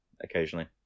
occasionally